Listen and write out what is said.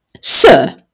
Sir